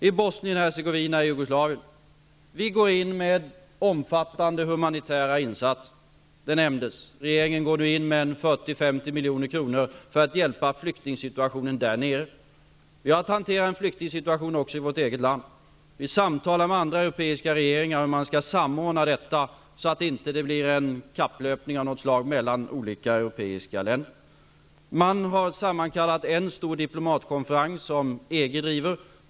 I Bosnien-Hercegovina i Jugoslavien har man konflikt. Vi går in med omfattande humanitära insatser, det har nämnts. Regeringen går in med 40--50 milj.kr. som hjälp till flyktingsituationen där nere. Vi har också att hantera en flyktingsituation i vårt eget land. Vi samtalar med andra europeiska regeringar om hur man skall samordna detta, så att det inte blir en kapplöpning av något slag mellan olika europeiska länder. Man har sammankallat en stor diplomatkonferens som EG driver.